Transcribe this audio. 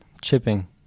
chipping